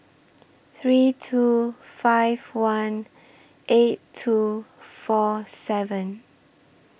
three two five one eight two four seven